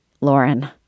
Lauren